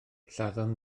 lladdon